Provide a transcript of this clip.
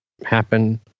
happen